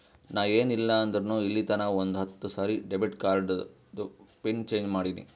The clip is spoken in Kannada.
ನಾ ಏನ್ ಇಲ್ಲ ಅಂದುರ್ನು ಇಲ್ಲಿತನಾ ಒಂದ್ ಹತ್ತ ಸರಿ ಡೆಬಿಟ್ ಕಾರ್ಡ್ದು ಪಿನ್ ಚೇಂಜ್ ಮಾಡಿನಿ